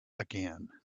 again